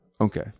Okay